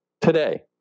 today